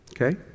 Okay